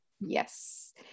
yes